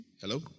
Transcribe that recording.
hello